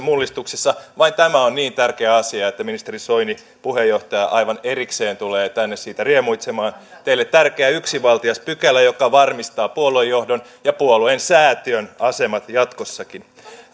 mullistuksessa vain tämä on niin tärkeä asia että ministeri soini puheenjohtaja aivan erikseen tulee tänne siitä riemuitsemaan teille tärkeä yksinvaltiaspykälä joka varmistaa puoluejohdon ja puolueen säätiön asemat jatkossakin